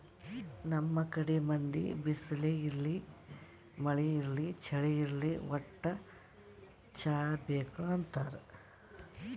ನಮ್ ಕಡಿ ಮಂದಿ ಬಿಸ್ಲ್ ಇರ್ಲಿ ಮಳಿ ಇರ್ಲಿ ಚಳಿ ಇರ್ಲಿ ವಟ್ಟ್ ಚಾ ಬೇಕ್ ಅಂತಾರ್